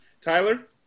Tyler